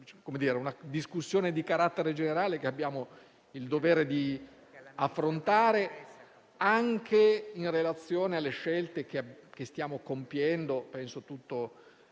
una discussione di carattere generale che abbiamo il dovere di affrontare anche in relazione alle scelte che stiamo compiendo: